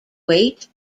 weight